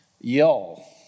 Y'all